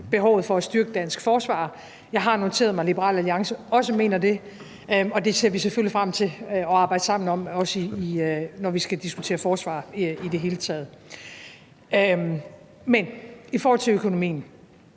behovet for det – at styrke dansk forsvar. Jeg har noteret mig, at Liberal Alliance også mener det, og det ser vi selvfølgelig frem til at arbejde sammen om, også når vi skal diskutere forsvar i det hele taget. For det andet i forhold til økonomien: